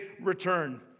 return